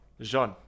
Jean